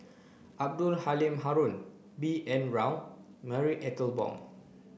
Abdul Halim Haron B N Rao Marie Ethel Bong